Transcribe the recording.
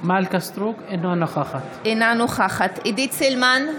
נוכחת עידית סילמן,